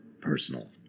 Personal